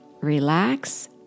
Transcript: relax